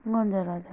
हजुर हजुर